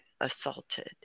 assaulted